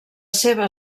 seva